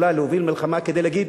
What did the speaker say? יכולה להוביל מלחמה כדי להגיד,